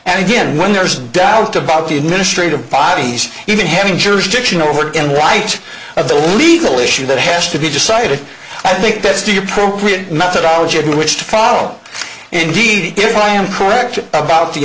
and again when there's doubt about the administrative bodies even having jurisdiction over and right of the legal issue that has to be decided i think that's the appropriate methodology of which to follow indeed if i am correct about the